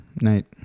night